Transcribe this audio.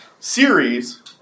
series